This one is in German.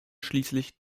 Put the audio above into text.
schließlich